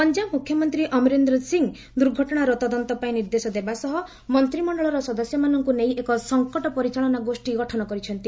ପଞ୍ଜାବ ମୁଖ୍ୟମନ୍ତ୍ରୀ ଅମରିନ୍ଦର ସିଂ ଦୁର୍ଘଟଣାର ତଦନ୍ତ ପାଇଁ ନିର୍ଦ୍ଦେଶ ଦେବା ସହ ମନ୍ତ୍ରିମଣ୍ଡଳର ସଦସ୍ୟମାନଙ୍କୁ ନେଇ ଏକ ସଙ୍କଟ ପରିଚାଳନା ଗୋଷୀ ଗଠନ କରିଛନ୍ତି